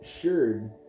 assured